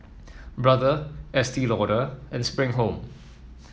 Brother Estee Lauder and Spring Home